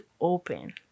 open